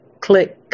click